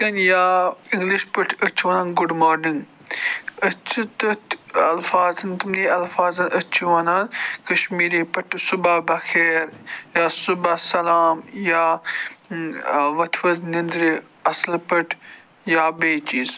یِتھ کٔنۍ یا اِنٛگلِش پٲٹھۍ أسۍ چھِ وَنان گُڈ مارنِنٛگ أسۍ چھِ تٔتھۍ الفاظن تِمنٕے الفاظن أسۍ چھِ وَنان کشمیری پٲٹھۍ صُبح بخیر یا صُبح سَلام یا ؤتھِو حظ نِنٛدرِ اصٕل پٲٹھۍ یا بیٚیہِ چیٖز